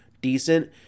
decent